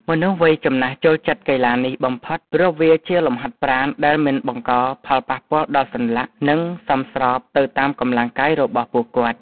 មនុស្សវ័យចំណាស់ចូលចិត្តកីឡានេះបំផុត ព្រោះវាជាលំហាត់ប្រាណដែលមិនបង្កផលប៉ះពាល់ដល់សន្លាក់ និងសមស្របទៅតាមកម្លាំងកាយរបស់ពួកគាត់។